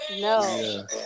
No